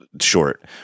short